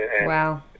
Wow